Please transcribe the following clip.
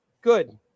Good